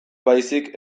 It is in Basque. baizik